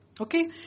Okay